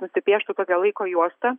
nusipieštų pagal laiko juostą